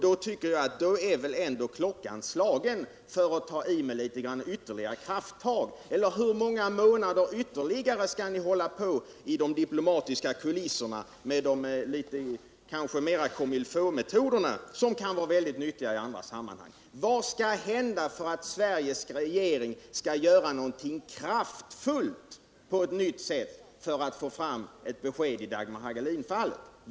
Då är väl ändå klockan slagen för att ta till krafttag Eller hur många månader ytterligare skall ni hålla på och använda er av metoder som är litet mera comme-il-faut i de diplomatiska kulisserna och som kan vara mycket nyttiga i andra sammanhang? Vad skall hända för att Sveriges regering skall göra någonting kraftfullt för att få fram ett besked i Dagmar Hagelin-fallet?